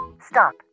Stop